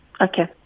Okay